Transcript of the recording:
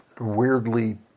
weirdly